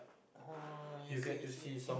oh I see I see